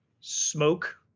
smoke